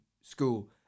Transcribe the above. school